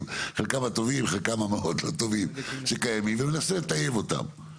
חלקם הטובים חלקם המאוד לא טובים שקיימים ומנסה לטייב אותם.